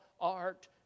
art